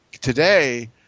today